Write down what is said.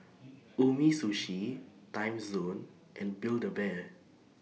Umisushi Timezone and Build A Bear